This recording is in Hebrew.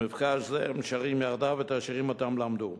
במפגש זה הם שרים יחדיו את השירים שאותם למדו.